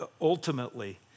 ultimately